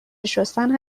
شستن